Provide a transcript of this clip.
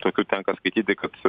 tokių tenka skaityti kad